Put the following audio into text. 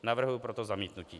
Navrhuji proto zamítnutí.